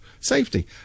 safety